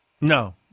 No